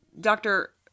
doctor